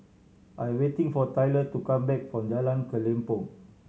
I waiting for Tyler to come back from Jalan Kelempong